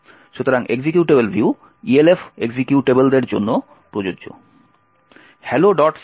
সুতরাং executable view ELF এক্সিকিউটেবলদের জন্য প্রযোজ্য